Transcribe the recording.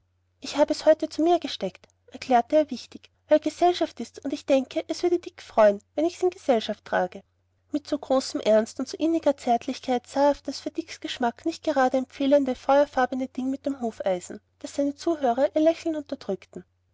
ich habe es heute zu mir gesteckt erklärte er wichtig weil gesellschaft ist und ich denke es würde dick freuen wenn ich's in gesellschaft trage mit so großem ernst und so inniger zärtlichkeit sah er auf das für dicks geschmack nicht gerade empfehlende feuerfarbene ding mit den hufeisen daß seine zuhörer ihr lächeln unterdrückten